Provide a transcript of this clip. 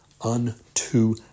unto